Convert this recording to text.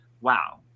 wow